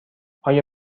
آیا